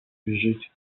біжить